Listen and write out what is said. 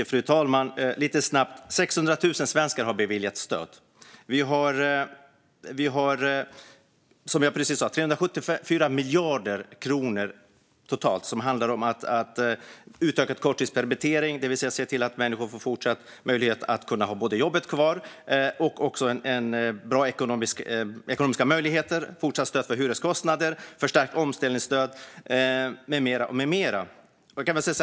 Fru talman! Lite snabbt: 600 000 svenskar har beviljats stöd. Som jag precis sa har vi satsat 374 miljarder kronor totalt som handlar om utökad korttidspermittering, det vill säga att se till att människor får fortsatt möjlighet att både ha jobbet kvar och ha bra ekonomiska möjligheter, fortsatt stöd för hyreskostnader, förstärkt omställningsstöd med mera.